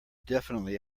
definitely